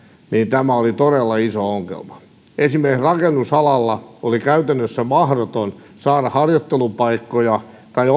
tämä oli todella iso ongelma esimerkiksi rakennusalalla oli käytännössä mahdoton saada harjoittelupaikkoja tai